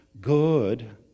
good